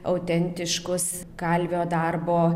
autentiškus kalvio darbo